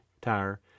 tire